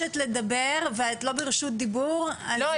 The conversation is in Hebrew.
אני